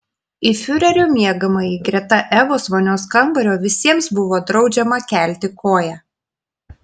į fiurerio miegamąjį greta evos vonios kambario visiems buvo draudžiama kelti koją